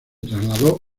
trasladó